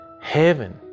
heaven